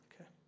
Okay